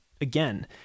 Again